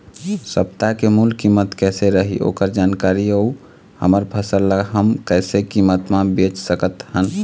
सप्ता के मूल्य कीमत कैसे रही ओकर जानकारी अऊ हमर फसल ला हम कैसे कीमत मा बेच सकत हन?